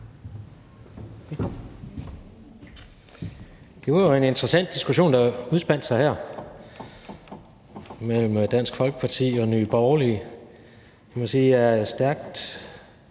Det var jo en interessant diskussion, der udspandt sig her mellem Dansk Folkeparti og Nye Borgerlige. Jeg må sige, at jeg er stærkt